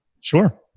Sure